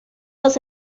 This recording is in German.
aus